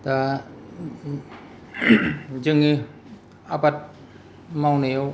दा जोङो आबाद मावनायाव